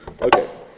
Okay